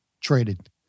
Traded